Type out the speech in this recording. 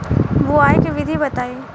बुआई के विधि बताई?